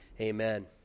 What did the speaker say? amen